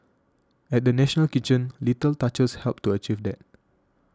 at the National Kitchen little touches helped to achieve that